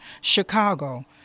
Chicago